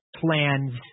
plans